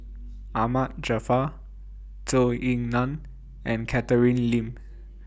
Ahmad Jaafar Zhou Ying NAN and Catherine Lim